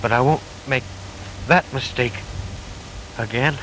but i won't make that mistake again